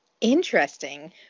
Interesting